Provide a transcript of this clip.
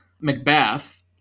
Macbeth